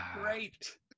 Great